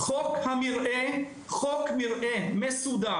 חוק מרעה מסודר.